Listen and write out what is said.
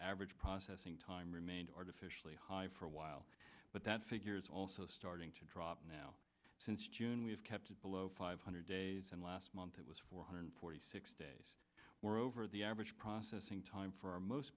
average processing time remained artificially high for a while but that figures also starting to drop now since june we have kept it below five hundred days and last month it was four hundred forty six days were over the average processing time for